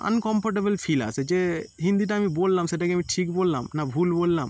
uncomfortable feel আসে যে হিন্দিটা আমি বললাম সেটা কি আমি ঠিক বললাম না ভুল বললাম